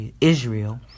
Israel